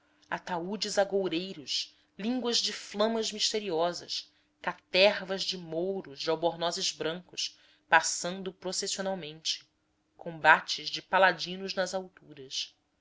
reis ataúdes agoureiros línguas de flamas misteriosas catervas de mouros de albornozes brancos passando processionalmente combates de paladinos nas alturas